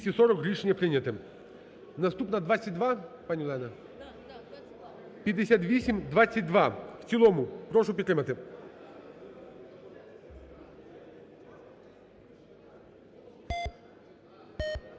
Наступна 22, пані Олена? 5618-22 в цілому. Прошу підтримати.